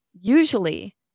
usually